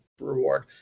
reward